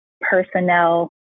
personnel